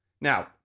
Now